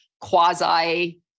quasi